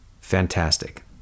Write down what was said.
fantastic